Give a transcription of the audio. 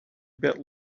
bit